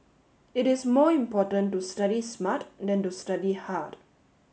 it is more important to study smart than to study hard